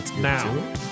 Now